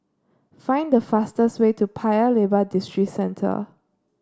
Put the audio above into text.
find the fastest way to Paya Lebar Districentre